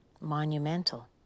monumental